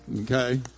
Okay